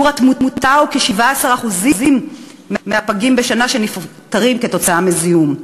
שיעור התמותה בשנה הוא כ-17% פגים שנפטרים מזיהום,